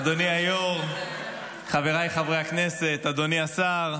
אדוני היו"ר, חבריי חברי הכנסת, אדוני השר,